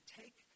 take